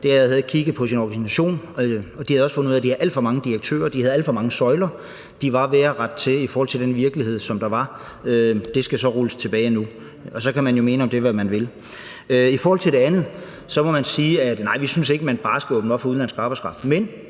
på deres organisation, og de havde fundet ud af, at de havde alt for mange direktører, og at de havde alt for mange søjler. De var ved at rette til i forhold til den virkelighed. Det skal så rulles tilbage. Så kan man jo mene om det, hvad man vil. I forhold til det andet spørgsmål må man sige: Nej, vi synes ikke, at vi bare skal åbne op for udenlandsk arbejdskraft,